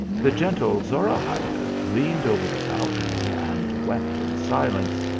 the gentle zorahayda leaned over the balcony, and wept in silence,